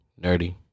nerdy